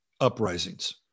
uprisings